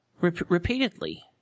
Repeatedly